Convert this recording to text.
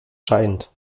scheint